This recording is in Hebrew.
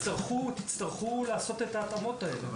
אז יצטרכו לעשות את ההתאמות האלה.